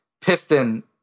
piston